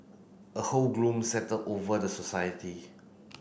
a whole gloom settle over the society